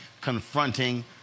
confronting